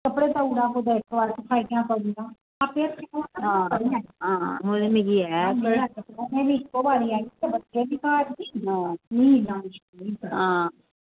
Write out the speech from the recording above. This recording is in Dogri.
आं आं आं